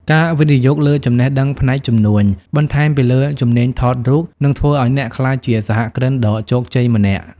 ការវិនិយោគលើចំណេះដឹងផ្នែកជំនួញ បន្ថែមពីលើជំនាញថតរូប នឹងធ្វើឱ្យអ្នកក្លាយជាសហគ្រិនដ៏ជោគជ័យម្នាក់។